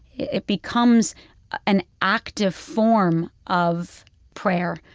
it becomes an active form of prayer,